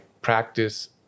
practice